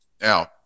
Now